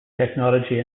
technology